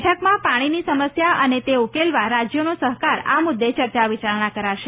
બેઠકમાં પાણીની સમસ્યા અને તે ઉકેલવા રાજ્યોનો સહકાર આ મુદ્દે ચર્ચા વિચારણા કરાશે